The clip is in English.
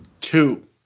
Two